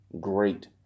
Great